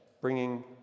Bringing